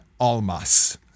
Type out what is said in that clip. Almas